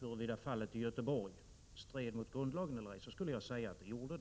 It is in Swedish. huruvida det aktuella förfarandet i Göteborg stred mot grundlagen eller ej, skulle jag säga att det gör det.